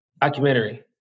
Documentary